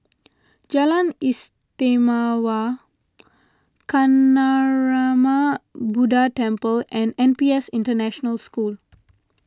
Jalan Istimewa Kancanarama Buddha Temple and N P S International School